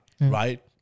right